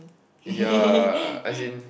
ya as in